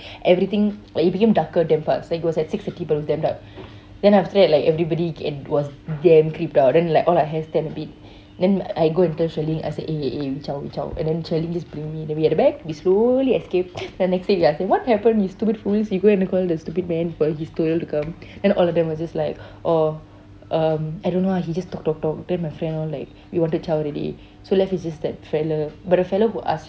everything like it became darker damn fast like it was at six thirty but it was damn dark then after that like everybody it was damn creeped out then like all our hair stand a bit then I go and tell sherlyn eh eh eh we zao we zao then sherlyn just bring me then we at the back we slowly escape then next day we ask them what happened you stupid fools he go and call the stupid man for his toyol to come and then all of them was just like oh um I don't know ah he just talk talk talk then my friend all like we want to zao already so left is just that fellow but the fellow who asked